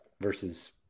versus